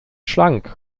schlank